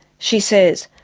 she says,